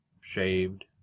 shaved